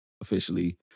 officially